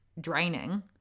draining